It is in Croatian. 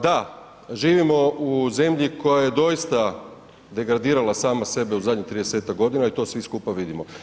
Da, živimo u zemlji koja je doista degradirala sama sebe u zadnjih 30-ak godina i to svi skupa vidimo.